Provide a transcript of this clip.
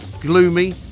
gloomy